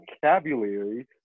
vocabulary